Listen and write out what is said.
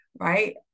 right